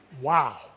wow